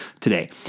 today